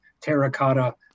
terracotta